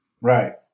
Right